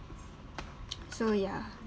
so ya